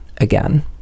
again